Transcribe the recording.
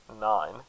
nine